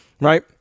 Right